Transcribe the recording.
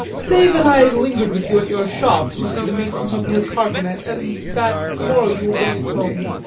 say that i linger'd with you at your shop to see the making of her carcanet, and that to-morrow you will bring it home.